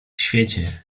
świecie